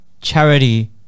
charity